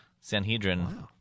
Sanhedrin